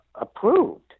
approved